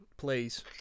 please